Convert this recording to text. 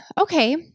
okay